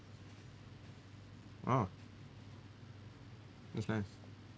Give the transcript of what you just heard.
orh that's nice